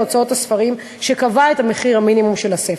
הוצאות הספרים שקבע את מחיר המינימום של הספר,